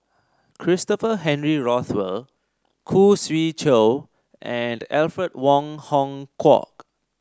Christopher Henry Rothwell Khoo Swee Chiow and Alfred Wong Hong Kwok